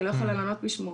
אני לא יכולה לענות בשמו.